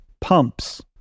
pumps